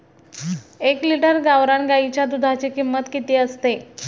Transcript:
एक लिटर गावरान गाईच्या दुधाची किंमत किती असते?